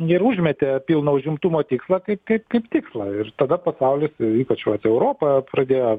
ir užmetė pilno užimtumo tikslą kaip kaip kaip tikslą ir tada pasaulis ypač vat europa pradėjo